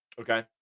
okay